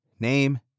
Name